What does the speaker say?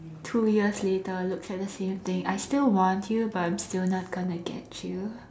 two years later looks at the same thing I still want you but I'm still not gonna get you